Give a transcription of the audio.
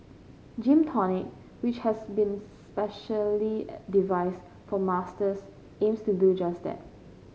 Gym Tonic which has been specially devised for Masters aims to do just that